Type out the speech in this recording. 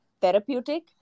therapeutic